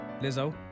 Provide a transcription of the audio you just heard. Lizzo